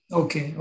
okay